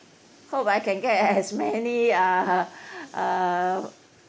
how about I can get as many uh uh